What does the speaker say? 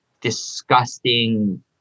disgusting